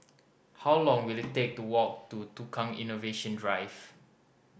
how long will it take to walk to Tukang Innovation Drive